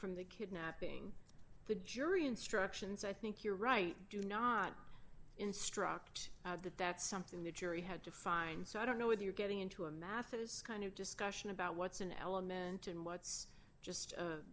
from the kidnapping the jury instructions i think you're right do not instruct that that's something the jury had to find so i don't know what you're getting into a math is kind of discussion about what's an element and what's